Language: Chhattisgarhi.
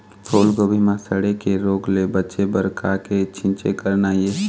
फूलगोभी म सड़े के रोग ले बचे बर का के छींचे करना ये?